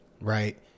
right